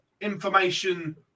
information